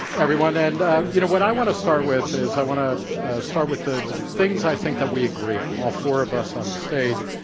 everyone. and, you know, what i want to start with is i want to start with the things i think that we agree on, all four of us on the stage.